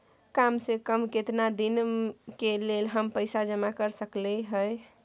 काम से कम केतना दिन के लेल हम पैसा जमा कर सकलौं हैं?